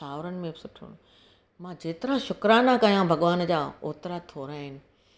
त साहुरनि में बि सुठो मां जेतिरा शुकराना कयां भॻवान जा ओतिरा थोरा आहिनि